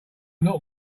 not